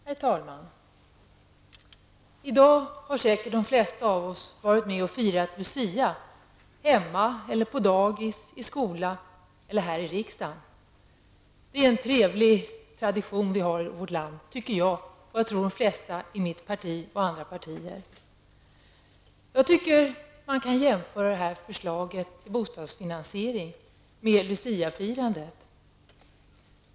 Herr talman! I dag har säkert de flesta av oss varit med och firat Lucia, hemma, på daghem, i skola eller här i riksdagen. Jag tycker att det är en trevlig tradition i vårt land, och det tror jag att de flesta i mitt parti och i andra partier håller med om. Man kan jämföra detta förslag till bostadsfinansiering med Luciafirandet.